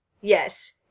yes